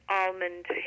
almond